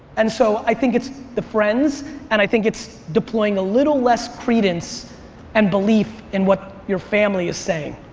and so i think it's the friends and i think it's deploying a little less credence and belief in what your family is saying.